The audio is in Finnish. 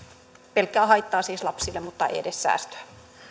pelkkää haittaa siis lapsille mutta ei edes säästöä